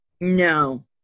no